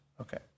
Okay